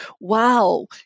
wow